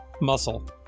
muscle